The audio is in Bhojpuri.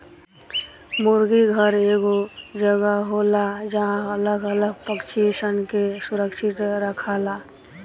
मुर्गी घर एगो जगह होला जहां अलग अलग पक्षी सन के सुरक्षित रखाला